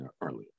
earlier